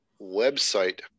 website